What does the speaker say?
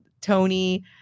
tony